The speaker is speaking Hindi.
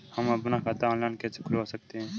हम अपना खाता ऑनलाइन कैसे खुलवा सकते हैं?